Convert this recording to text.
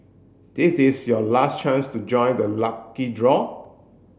this is your last chance to join the lucky draw